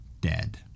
dead